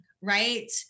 right